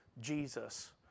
Jesus